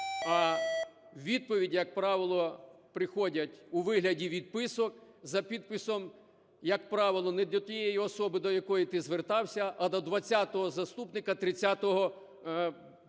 А відповіді, як правило, приходять у вигляді відписок за підписом, як правило, не до тієї особи до якої ти звертався, а до двадцятого заступника тридцятого